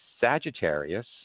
Sagittarius